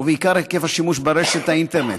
ובעיקר להיקף השימוש ברשת האינטרנט.